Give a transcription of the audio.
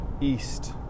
east